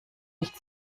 nicht